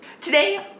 Today